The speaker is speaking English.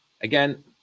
Again